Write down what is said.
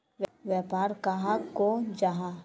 व्यापार कहाक को जाहा?